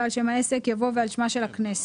על שם העסק" יבוא "ועל שמה של הכנסת".